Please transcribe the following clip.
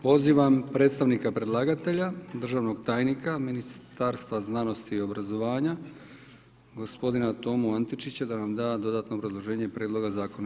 Pozivam predstavnika predlagatelja državnog tajnika Ministarstva znanosti i obrazovanja gospodina Tomu Antičića da nam da dodatno obrazloženje Prijedloga zakona.